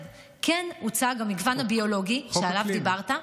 1. כמו כן הוצג המגוון הביולוגי שעליו דיברת,